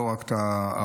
לא רק את ההרוגים.